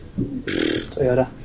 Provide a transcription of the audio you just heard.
Toyota